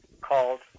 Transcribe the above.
called